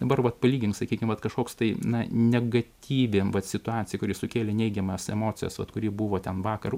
dabar vat palygink sakykim vat kažkoks tai na negatyvi vat situacija kuri sukėlė neigiamas emocijas vat kuri buvo ten vakar